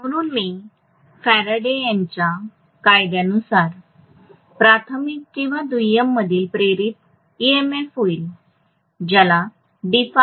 म्हणून मी फॅराडे यांच्या कायद्यानुसार प्राथमिक किंवा दुय्यम मधील प्रेरित ईएमएफ होईल